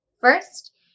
First